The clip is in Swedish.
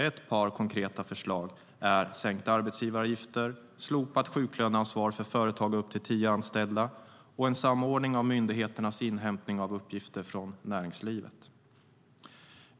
Ett par konkreta förslag är sänkta arbetsgivaravgifter, slopat sjuklöneansvar för företag med upp till tio anställda och en samordning av myndigheternas inhämtning av uppgifter från näringslivet.